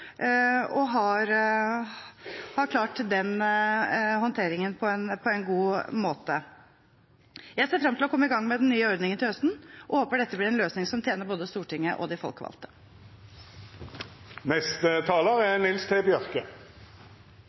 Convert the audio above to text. foreslår, og har klart den håndteringen på en god måte. Jeg ser frem til å komme i gang med den nye ordningen til høsten og håper dette blir en løsning som tjener både Stortinget og de folkevalgte. Som stortingspresidenten gjorde greie for i innlegget sitt, er